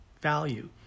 value